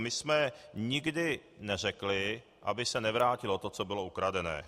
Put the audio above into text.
My jsme nikdy neřekli, aby se nevrátilo to, co bylo ukradené.